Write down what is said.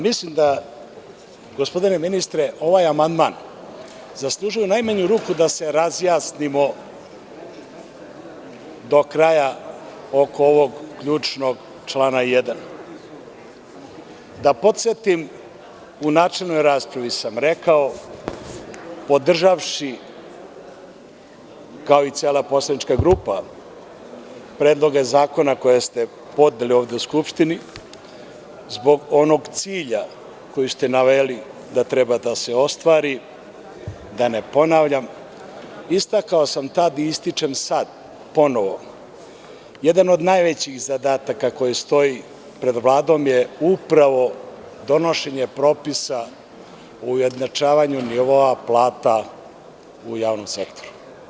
Mislim da, gospodine ministre, ovaj amandman zaslužuje u najmanju ruku da se razjasnimo do kraja oko ovog ključnog člana 1. Da podsetim, u načelnoj raspravi sam rekao, podržavši, kao i cela poslanička grupa, predloge zakona koje ste podneli ovde u Skupštini, zbog onog cilja koji ste naveli da treba da se ostvari, da ne ponavljam, istakao sam tad i ističem sad ponovo, jedan od najvećih zadataka koji stoji pred Vladom je upravo donošenje propisa o ujednačavanju nivoa plata u javnom sektoru.